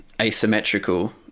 asymmetrical